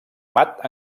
mat